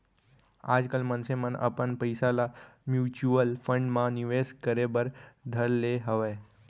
आजकल मनसे मन अपन पइसा ल म्युचुअल फंड म निवेस करे बर धर ले हवय